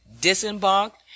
disembarked